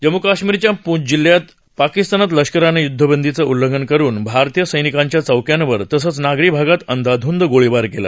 जम्मू कश्मीरच्या पूँछ जिल्ह्यात पाकिस्तान लष्करानं य्द्धबंदीचं उल्लंघन करून भारतीय सैनिकांच्या चौक्यांवर तसंच नागरी भागांत अंदाधंद गोळीबार केला